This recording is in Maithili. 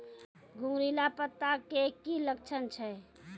घुंगरीला पत्ता के की लक्छण छै?